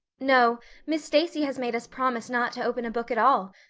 no miss stacy has made us promise not to open a book at all.